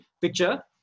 Picture